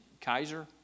Kaiser